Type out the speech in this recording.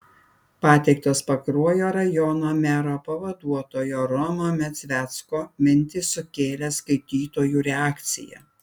pateiktos pakruojo rajono mero pavaduotojo romo medzvecko mintys sukėlė skaitytojų reakciją